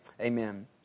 Amen